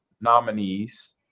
nominees